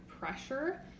Pressure